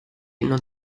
non